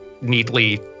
neatly